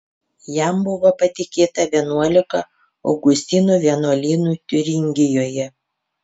jam buvo patikėta vienuolika augustinų vienuolynų tiuringijoje